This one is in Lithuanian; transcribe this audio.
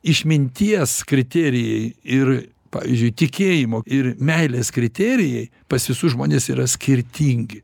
išminties kriterijai ir pavyzdžiui tikėjimo ir meilės kriterijai pas visus žmones yra skirtingi